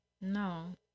No